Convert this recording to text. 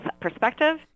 perspective